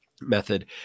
method